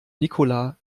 nicola